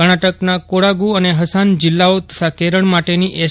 કર્ણાટકના કોડાગુ અને હસન જિલ્લાઓ તથા કેરળ માટેની એસ